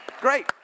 Great